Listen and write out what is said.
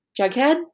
Jughead